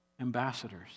ambassadors